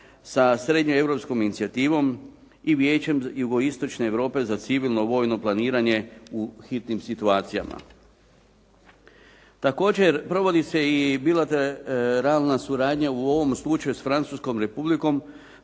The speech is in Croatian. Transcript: sa srednjeeuropskom inicijativom i Vijećem Jugoistočne Europe za civilno vojno planiranje u hitnim situacijama. Također provodi se i bilateralna suradnja u ovom slučaju sa Francuskom Republikom.